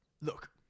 Look